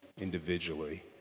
individually